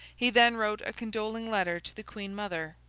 he then wrote a condoling letter to the queen-mother,